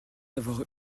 d’avoir